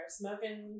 smoking